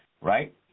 right